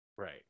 Right